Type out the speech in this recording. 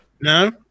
No